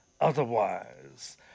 otherwise